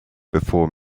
before